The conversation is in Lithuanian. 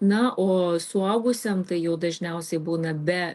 na o suaugusiam tai jau dažniausiai būna be